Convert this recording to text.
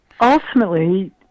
Ultimately